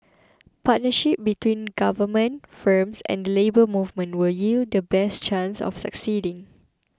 partnership between government firms and the Labour Movement will yield the best chance of succeeding